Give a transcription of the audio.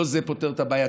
לא זה פותר את הבעיה.